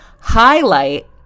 highlight